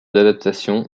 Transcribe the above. adaptations